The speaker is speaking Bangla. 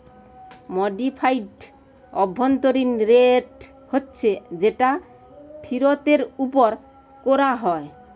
মডিফাইড অভ্যন্তরীণ রেট হচ্ছে যেটা ফিরতের উপর কোরা হয়